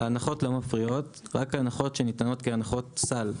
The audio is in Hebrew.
ההנחות לא מפריעות, רק ההנחות שניתנות כהנחות סל.